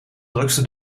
drukste